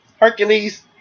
Hercules